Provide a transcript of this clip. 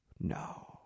No